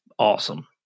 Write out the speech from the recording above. awesome